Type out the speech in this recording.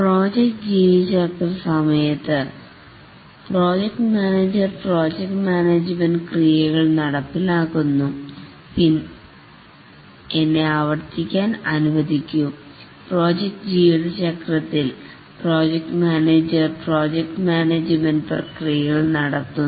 project ജീവിതചക്ര സമയത്ത് project manager project management ക്രിയകൾ നടപ്പിലാക്കുന്നു എന്നെ ആവർത്തിക്കാൻ അനുവദിക്കൂ പ്രോജക്ട് ജീവിത ചക്രത്തിൽ പ്രോജക്ട് മാനേജർ പ്രോജക്ട് മാനേജ്മെൻറ് പ്രക്രിയകൾ നടത്തുന്നു